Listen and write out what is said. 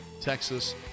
Texas